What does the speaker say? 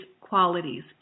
qualities